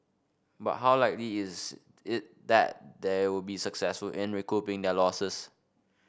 but how likely is it that they would be successful in recouping their losses